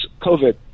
COVID